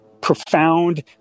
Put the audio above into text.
profound